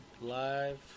Live